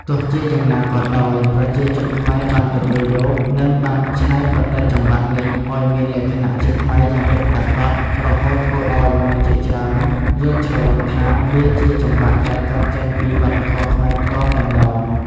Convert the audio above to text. ទោះជាយ៉ាងណាក៏ដោយ ប្រជាជនខ្មែរបានទទួលយក និងបានច្នៃប្រឌិតចង្វាក់នេះឲ្យមានលក្ខណៈជាខ្មែរយ៉ាងពិតប្រាកដ រហូតធ្វើឲ្យមនុស្សជាច្រើនយល់ច្រឡំថាវាជាចង្វាក់ដែលកើតចេញពីវប្បធម៌ខ្មែរផ្ទាល់តែម្ដង។